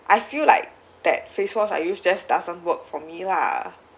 I feel like that face wash I use just doesn't work for me lah